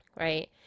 right